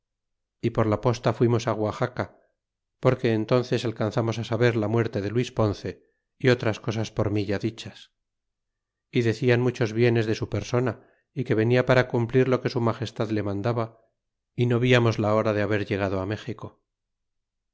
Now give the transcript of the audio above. y por la posta fuimos á guaxaca porque entences alcanzamos á saber la muerte de luis ponce y otras cosas por mi ya dichas y decian muchos bienes de su persona y que venia para cumplir lo que su magestad le mandaba y no viamos la hora de babar llegado a méxico